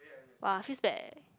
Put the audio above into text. !wah! feels bad eh